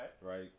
Right